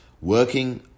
working